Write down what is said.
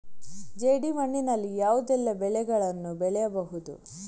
ಜೇಡಿ ಮಣ್ಣಿನಲ್ಲಿ ಯಾವುದೆಲ್ಲ ಬೆಳೆಗಳನ್ನು ಬೆಳೆಯಬಹುದು?